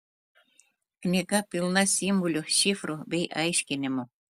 knyga pilna simbolių šifrų bei aiškinimų